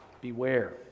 Beware